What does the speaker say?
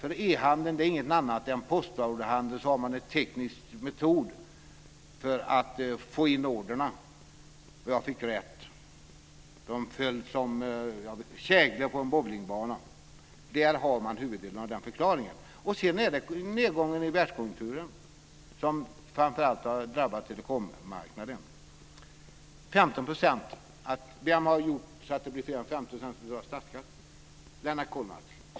E-handel är ingenting annat än postorderhandel med en teknisk metod för att få in order. Jag fick rätt. De föll som käglor på en bowlingbana. Där har man huvuddelen av förklaringen. Sedan är det nedgången i världskonjunkturen, som framför allt har drabbat telekommarknaden. Vem har gjort så att fler än 15 % betalar statsskatt? Lennart Kollmats!